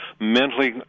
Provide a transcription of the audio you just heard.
mentally